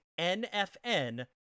NFN